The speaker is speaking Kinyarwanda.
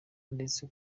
ndetse